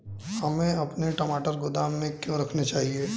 हमें अपने टमाटर गोदाम में क्यों रखने चाहिए?